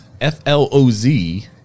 F-L-O-Z